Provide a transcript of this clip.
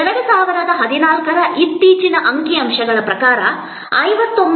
2014 ರ ಇತ್ತೀಚಿನ ಅಂಕಿಅಂಶಗಳ ಪ್ರಕಾರ 59